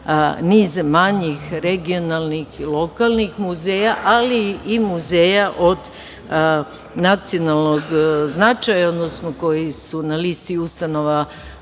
niz manjih regionalnih i lokalnih izbora, ali i muzeja od nacionalnog značaja, odnosno koji su na listi